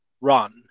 run